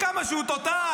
וכמה שהוא תותח,